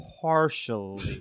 Partially